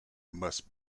must